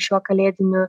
šiuo kalėdiniu